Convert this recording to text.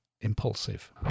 Impulsive